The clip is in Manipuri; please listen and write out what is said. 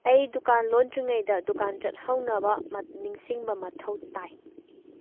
ꯑꯩ ꯗꯨꯀꯥꯟ ꯂꯣꯟꯗ꯭ꯔꯤꯡꯉꯩꯗ ꯗꯨꯀꯥꯟ ꯆꯠꯍꯧꯅꯕ ꯅꯤꯡꯁꯤꯡꯕ ꯃꯊꯧ ꯇꯥꯏ